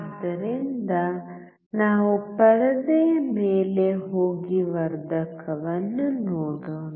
ಆದ್ದರಿಂದ ನಾವು ಪರದೆಯ ಮೇಲೆ ಹೋಗಿವರ್ಧಕವನ್ನು ನೋಡೋಣ